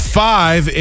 five